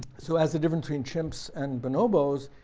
so as a difference between chimps and bonobos,